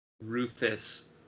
Rufus